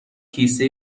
کیسه